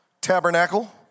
tabernacle